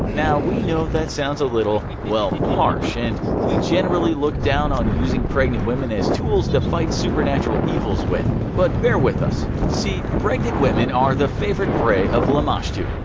now we know that sounds a little. well harsh, and we generally look down on using pregnant women as tools to fight supernatural evils with, but bear with us. see, pregnant women are the favorite prey of lamashtu,